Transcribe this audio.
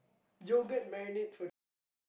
yogurt marinade for chicken